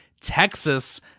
Texas